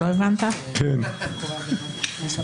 הדבר הזה נכון